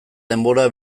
denbora